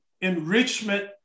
enrichment